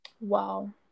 Wow